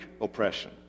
oppression